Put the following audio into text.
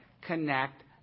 connect